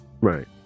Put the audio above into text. Right